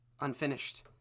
Unfinished